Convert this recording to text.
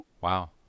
Wow